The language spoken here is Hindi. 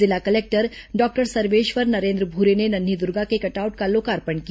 जिला कलेक्टर डॉक्टर सर्वेश्वर नरेन्द्र भूरे ने नन्हीं दुर्गा के कटआउट का लोकार्पण किया